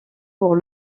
pour